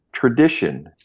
Tradition